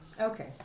Okay